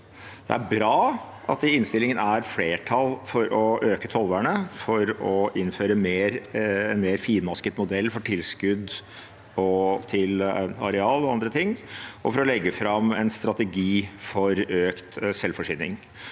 Det er bra at det i innstillingen er flertall for å øke tollvernet for å innføre en mer finmasket modell for tilskudd til areal og andre ting, og for å legge fram en strategi for økt selvforsyning.